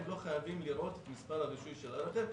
הם לא חייבים לראות את מספר הרישוי של הרכב,